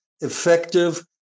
effective